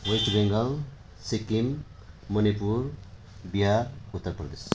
West Bengal Sikkim Manipur Bihar Uttar Pradesh